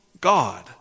God